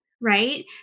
right